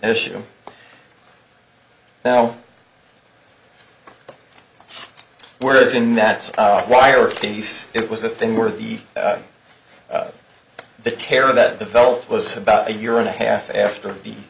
issue now whereas in that wire denise it was a thing where the the terror that developed was about a year and a half after the